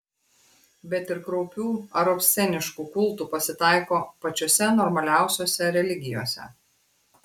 bet ir kraupių ar obsceniškų kultų pasitaiko pačiose normaliausiose religijose